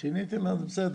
אם שיניתם - בסדר.